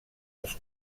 els